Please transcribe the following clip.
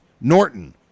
Norton